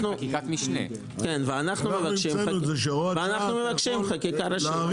אנחנו מבקשים חקיקה ראשית,